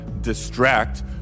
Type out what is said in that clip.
distract